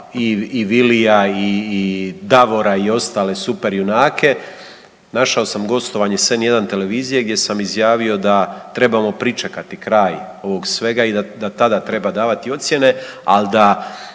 i Vilija i Davora i ostale super junake. Našao sam gostovanje sa N1 televizije gdje sam izjavio da trebamo pričekati kraj ovog svega i da tada treba davati ocjene, ali da